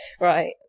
right